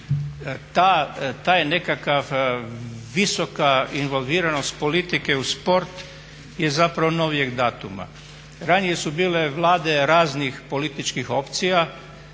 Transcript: taj nekakav visoka involviranost politike u sport je zapravo novijeg datuma. Ranije su bile vlade raznih političkih opcija